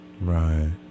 Right